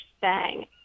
bang